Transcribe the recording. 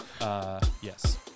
Yes